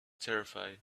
terrified